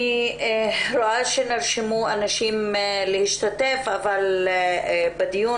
נרשמו אנשים להשתתף בדיון,